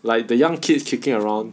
like the young kids kicking around